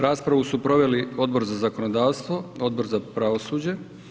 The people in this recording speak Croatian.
Raspravu su proveli Odbor za zakonodavstvo, Odbor za pravosuđe.